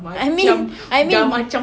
I mean I mean